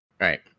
Right